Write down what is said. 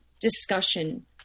discussion